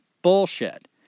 bullshit